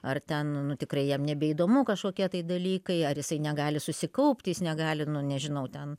ar ten nu tikrai jam nebeįdomu kažkokie tai dalykai ar jisai negali susikaupti jis negali nu nežinau ten